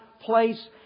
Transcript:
place